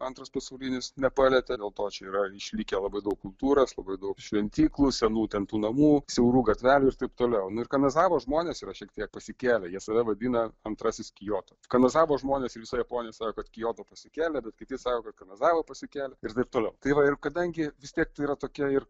antras pasaulinis nepalietė dėl to čia yra išlikę labai daug kultūros labai daug šventyklų senų ten tų namų siaurų gatvelių ir taip toliau nu ir kanazavos žmonės yra šiek tiek pasikėlę jie save vadina antrasis kioto kanazavos žmonės visoj japonojoj sako kad kioto pasikėlę bet kiti sako kad kanazava pasikėlę ir taip toliau tai va ir kadangi vis tiek tai yra tokia ir